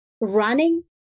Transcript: running